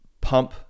pump